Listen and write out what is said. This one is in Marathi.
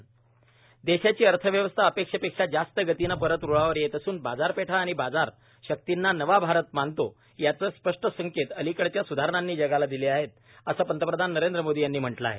अर्थव्यवस्था देशाची अर्थव्यवस्था अपेक्षेपेक्षा जास्त गतीनं परत रुळावर येत असून बाजारपेठा आणि बाजार शक्तींना नवा भारत मानतो याचे स्पष्टसंकेत अलिकडच्या स्धारणांनी जगाला दिले आहेत असं पंतप्रधान नरेंद्र मोदी यांनी म्हटलं आहे